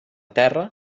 terra